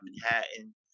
Manhattan